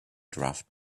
draft